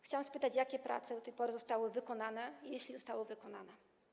Chciałam spytać, jakie prace do tej pory zostały wykonane, jeśli zostały wykonane.